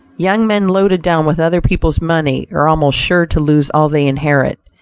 young men loaded down with other people's money are almost sure to lose all they inherit,